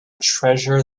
treasure